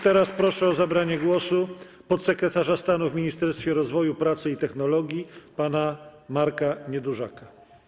Teraz proszę o zabranie głosu podsekretarza stanu w Ministerstwie Rozwoju, Pracy i Technologii pana Marka Niedużaka.